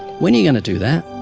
when are you going to do that?